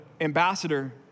ambassador